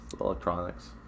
electronics